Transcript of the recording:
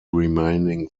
remaining